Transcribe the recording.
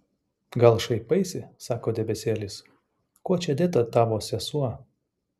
gal šaipaisi sako debesėlis kuo čia dėta tavo sesuo